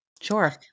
sure